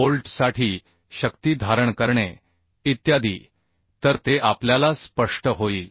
बोल्टसाठी शक्ती धारण करणे इत्यादी तर ते आपल्याला स्पष्ट होईल